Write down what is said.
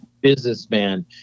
businessman